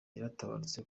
yaratabarutse